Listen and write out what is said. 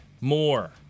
more